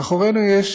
מאחורינו יש